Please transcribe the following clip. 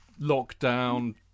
lockdown